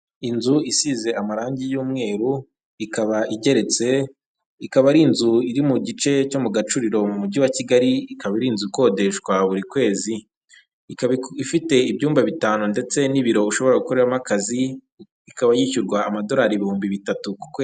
Inzu isize amarangi y'umweru ikaba igeretse, ikaba ari inzu iri mu gice cyo mu gacuriro mu mujyi wa kigali, ikaba iri inzu ikodeshwa buri kwezi. Ifite ibyumba bitanu ndetse n'ibiro ushobora gukoreramo akazi, ikaba yishyurwa amadorari ibihumbi bitatu ku kwezi.